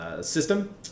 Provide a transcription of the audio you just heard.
system